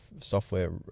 software